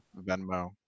Venmo